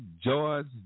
George